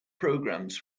programs